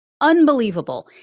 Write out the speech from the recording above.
Unbelievable